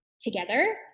together